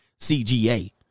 CGA